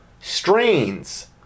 strains